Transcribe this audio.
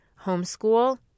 homeschool